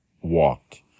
walked